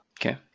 Okay